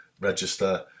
register